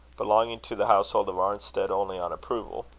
belonging to the household of arnstead only on approval.